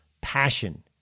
passion